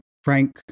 frank